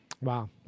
Wow